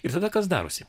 ir tada kas darosi